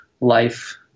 life